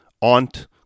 aunt